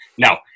No